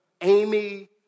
Amy